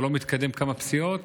אתה לא מתקדם כמה פסיעות